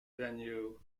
venue